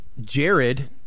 Jared